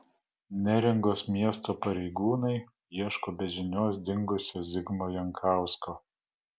neringos miesto pareigūnai ieško be žinios dingusio zigmo jankausko